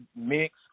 mix